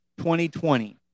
2020